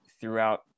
throughout